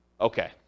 okay